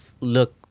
look